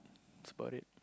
that's bout it